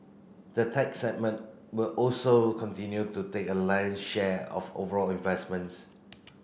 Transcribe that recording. the tech segment will also continue to take a lion share of overall investments